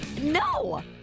No